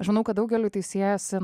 žinau kad daugeliui tai siejasi